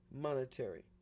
monetary